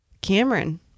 Cameron